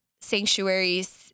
sanctuaries